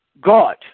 God